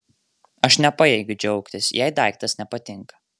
aš nepajėgiu džiaugtis jei daiktas nepatinka